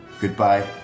goodbye